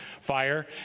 fire